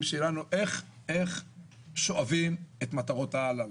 שלנו איך שואבים את מטרות העל האלה.